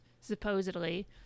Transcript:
supposedly